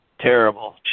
Terrible